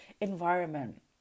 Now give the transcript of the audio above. environment